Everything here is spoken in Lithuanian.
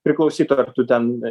priklausytų ar tu ten